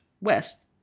West